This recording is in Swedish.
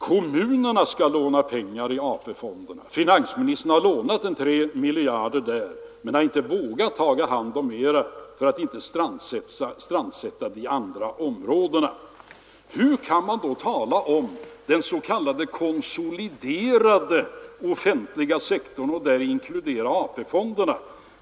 Kommunerna skall låna pengar i AP-fonderna. Finansministern har lånat 3 miljarder där, men har inte vågat ta hand om mera för att inte strandsätta de andra områdena. Hur kan man då tala om den s.k. konsoliderade offentliga sektorn och däri inkludera AP-fonderna?